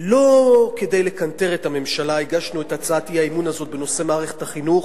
לא כדי לקנטר את הממשלה הגשנו את הצעת האי-אמון הזו בנושא מערכת החינוך,